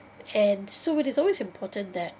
and so it is always important that